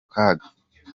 kaga